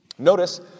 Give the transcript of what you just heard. Notice